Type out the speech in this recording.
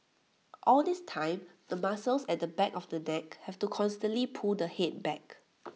all this time the muscles at the back of the neck have to constantly pull the Head back